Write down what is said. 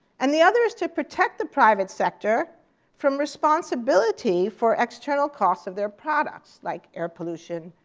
and the other is to protect the private sector from responsibility for external costs of their products like air pollution,